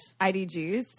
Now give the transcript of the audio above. idgs